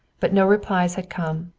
but no replies had come.